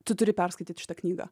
tu turi perskaityt šitą knygą